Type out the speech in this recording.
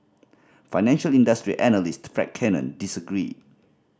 financial industry analyst Fred Cannon disagreed